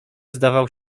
zdawał